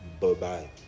bye-bye